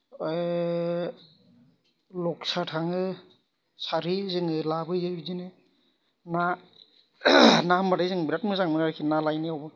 लख्सा थाङो सारहैयो जोङो लाबोयो बिदिनो ना ना होमब्लाथाय जों बिराद मोजांमोन आरोखि ना लायनायाव